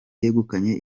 yegukanye